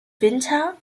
winter